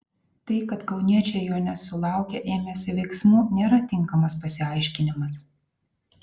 tai kad kauniečiai jo nesulaukę ėmėsi veiksmų nėra tinkamas pasiaiškinimas